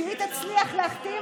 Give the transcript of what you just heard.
שהיא תצליח להחתים